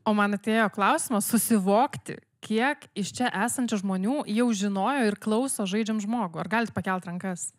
o man atėjo klausimas susivokti kiek iš čia esančių žmonių jau žinojo ir klauso žaidžiam žmogų ar galit pakelt rankas